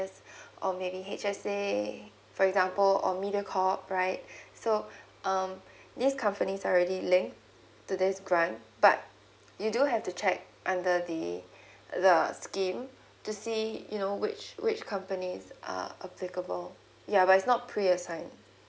or maybe H_S_C for example or mediacorp right so um these companies are already linked to this grant but you do have to check under the the scheme to see you know which which companies are applicable ya but is not pre assign